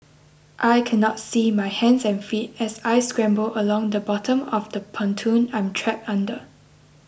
I cannot see my hands and feet as I scramble along the bottom of the pontoon I'm trapped under